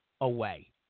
away